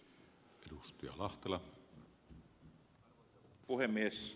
arvoisa puhemies